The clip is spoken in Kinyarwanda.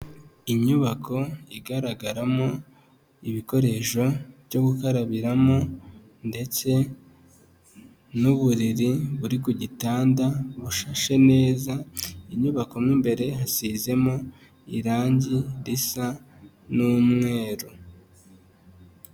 Inyubako igaragaramo ibikoresho byo gukarabiramo ndetse n'uburiri buri ku gitanda bushashe neza, inyubako mo imbere hasizemo irangi risa n'umweru.